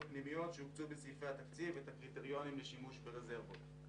הפנימיות שהוקצו בסעיפי התקציב ואת הקריטריונים לשימוש ברזרבות.